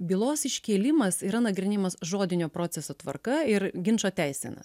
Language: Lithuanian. bylos iškėlimas yra nagrinėjamas žodinio proceso tvarka ir ginčo teisena